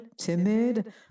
timid